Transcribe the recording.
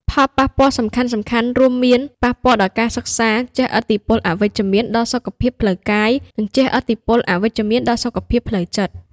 ផលប៉ះពាល់សំខាន់ៗរួមមាន ប៉ះពាល់ដល់ការសិក្សា ជះឥទ្ធិពលអវិជ្ជមានដល់សុខភាពផ្លូវកាយ និងជះឥទ្ធិពលអវិជ្ជមានដល់សុខភាពផ្លូវចិត្ត។